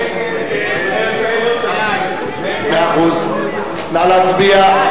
נא להצביע.